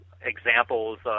examples